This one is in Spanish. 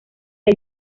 del